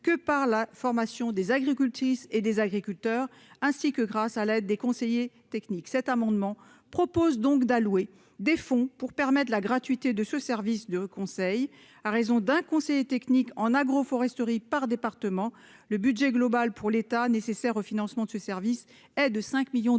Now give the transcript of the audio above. que par la formation des agricultures et des agriculteurs ainsi que grâce à l'aide des conseillers techniques cet amendement propose donc d'allouer des fonds pour permettre la gratuité de ce service de conseil à raison d'un conseiller technique en agroforesterie par département : le budget global pour l'État nécessaires au financement de ce service est de 5 millions d'euros.